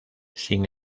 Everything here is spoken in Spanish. sin